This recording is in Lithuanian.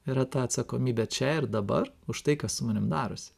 yra ta atsakomybė čia ir dabar už tai kas su manim darosi